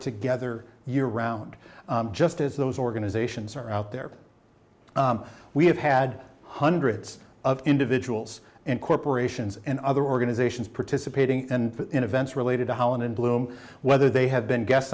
together year round just as those organizations are out there we have had hundreds of individuals and corporations and other organizations participating in events related to how and in bloom whether they have been guests